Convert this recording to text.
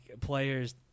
players